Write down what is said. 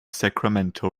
sacramento